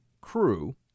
crew